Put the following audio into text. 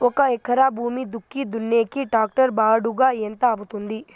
ఒక ఎకరా భూమి దుక్కి దున్నేకి టాక్టర్ బాడుగ ఎంత అవుతుంది?